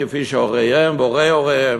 כפי שהיו הוריהם והורי הוריהם.